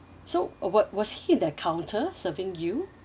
so was was he in the counter serving you